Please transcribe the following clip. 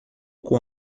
com